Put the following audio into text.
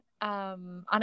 on